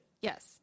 Yes